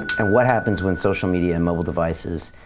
and what happens when social media and mobile devices